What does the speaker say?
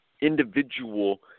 individual